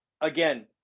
Again